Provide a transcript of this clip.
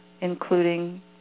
including